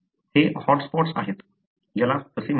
हे hot spots आहेत ज्याला तसे म्हणतात